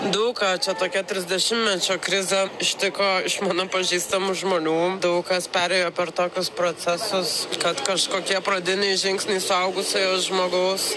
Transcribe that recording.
daug ką čia tokia trisdešimtmečio krizė ištiko iš mano pažįstamų žmonių daug kas perėjo per tokius procesus kad kažkokie pradiniai žingsniai suaugusiojo žmogaus